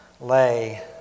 lay